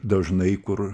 dažnai kur